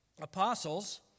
Apostles